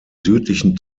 südlichen